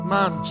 Man